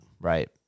Right